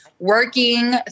Working